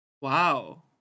Wow